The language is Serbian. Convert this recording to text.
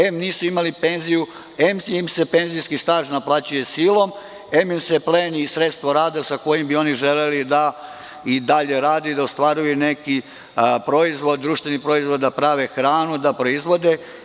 Em nisu imali penziju, em im se penzijski staž naplaćuje silom, em im se pleni sredstvo rada sa kojim bi oni želeli da i dalje rade i da ostvaruju neki društveni proizvod, da prave hranu, da proizvode.